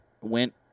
went